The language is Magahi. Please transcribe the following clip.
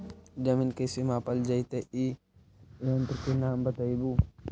जमीन कैसे मापल जयतय इस यन्त्र के नाम बतयबु?